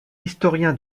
historien